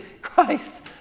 Christ